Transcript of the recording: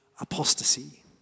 apostasy